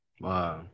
Wow